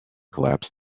collapse